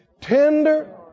Tender